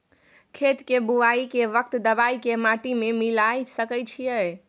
खेत के बुआई के वक्त दबाय के माटी में मिलाय सके छिये?